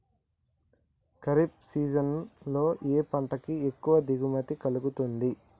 Kharif season లో ఏ పంట కి ఎక్కువ దిగుమతి కలుగుతుంది?